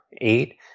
Eight